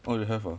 orh you have ah